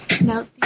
Now